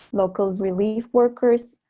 local relief workers,